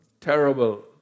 terrible